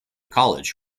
college